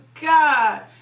God